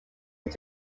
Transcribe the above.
led